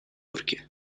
йорке